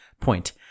Point